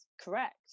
correct